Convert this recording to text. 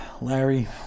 Larry